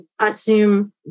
assume